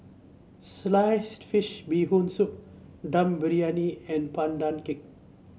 Sliced Fish Bee Hoon Soup Dum Briyani and Pandan Cake